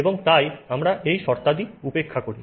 এবং তাই আমরা এই শর্তাদি উপেক্ষা করি